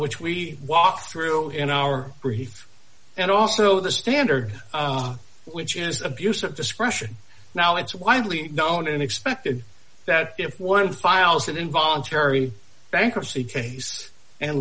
which we walked through in our brief and also the standard which is abuse of discretion now it's widely known and expected that if one files an involuntary bankruptcy case and